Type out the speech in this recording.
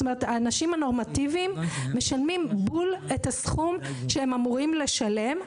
האנשים הנורמטיביים משלמים בדיוק את הסכום אותו הם אמורים לשלם,